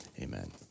Amen